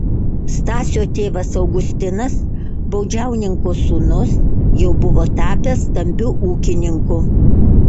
stasio tėvas augustinas baudžiauninko sūnus jau buvo tapęs stambiu ūkininku